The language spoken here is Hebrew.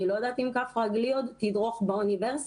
אני לא יודעת אם כף רגלי תדרוך עוד באוניברסיטה,